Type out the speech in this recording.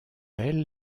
elles